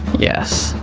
yes,